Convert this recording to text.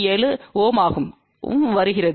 7 Ω ஆகவும் வருகிறது